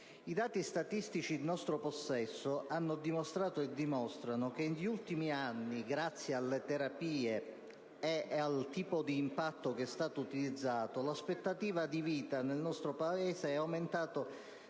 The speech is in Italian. I dati statistici in nostro possesso hanno dimostrato e dimostrano che negli ultimi anni, grazie alle terapie e al tipo di impatto utilizzato, nel nostro Paese l'aspettativa